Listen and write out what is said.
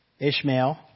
Ishmael